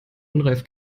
unreif